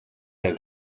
der